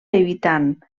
evitant